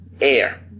air